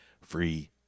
free